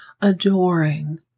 adoring